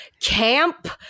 camp